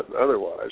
otherwise